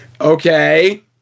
Okay